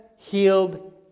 Healed